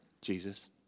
Jesus